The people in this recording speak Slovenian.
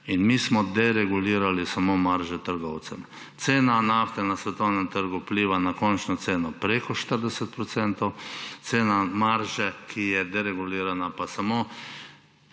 In mi smo deregulirali samo marže trgovcem. Cena nafte na svetovnem trgu vpliva na končno ceno preko 40 %, cena marže, ki je deregulirana, pa samo